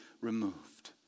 removed